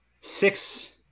six